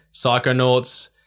Psychonauts